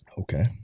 Okay